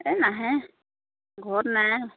এই নাহে ঘৰত নাই